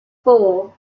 four